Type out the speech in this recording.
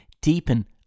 deepen